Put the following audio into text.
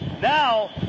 Now